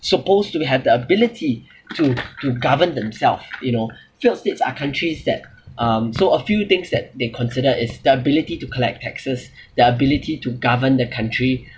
supposed to be have the ability to to govern themselves you know failed states are countries that um so a few things that they consider is the ability to collect taxes the ability to govern the country